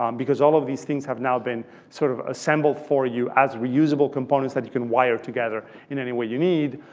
um because all of these things have now been sort of assembled for you as reusable components that you can wire together in any way you need.